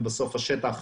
ובסוף השטח,